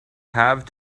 have